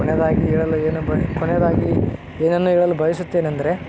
ಕೊನೆಯದಾಗಿ ಹೇಳಲು ಏನು ಬ ಕೊನೆಯದಾಗಿ ಏನನ್ನು ಹೇಳಲು ಬಯಸುತ್ತೇನಂದರೆ